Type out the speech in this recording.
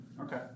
Okay